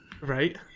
Right